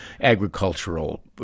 agricultural